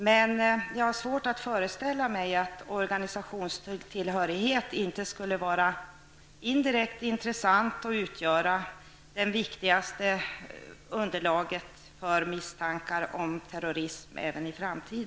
Jag har dock svårt att föreställa mig att organisationstillhörighet inte indirekt skulle vara intressant även i framtiden och utgöra det viktigaste underlaget för misstankar om terrorism.